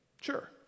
Sure